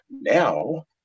Now